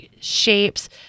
shapes